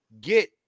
get